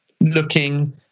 looking